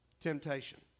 temptation